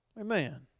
Amen